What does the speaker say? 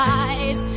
eyes